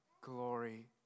glory